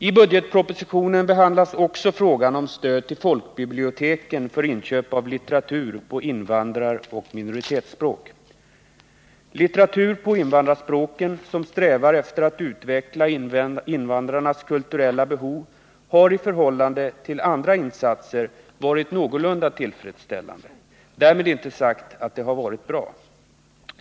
I budgetpropositionen behandlas också frågan om stöd till folkbiblioteken för inköp av litteratur på invandraroch minoritetsspråk. Utbudet av litteratur på invandrarspråken, i strävan att utveckla invandrarnas kulturella behov, har i förhållande till andra insatser varit någorlunda tillfredsställande. Därmed är inte sagt att det varit bra.